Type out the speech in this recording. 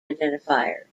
identifiers